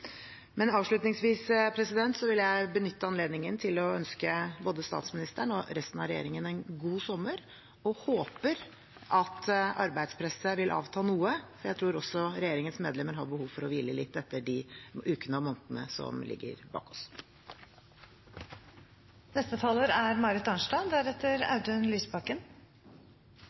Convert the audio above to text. Avslutningsvis vil jeg benytte anledningen til å ønske både statsministeren og resten av regjeringen en god sommer og håper at arbeidspresset vil avta noe. Jeg tror også regjeringens medlemmer har behov for å hvile litt etter de ukene og månedene som ligger bak